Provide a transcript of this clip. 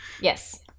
Yes